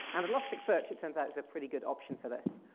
and elasticsearch, it turns out, is a pretty good option for this.